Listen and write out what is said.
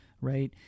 right